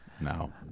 No